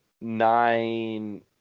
nine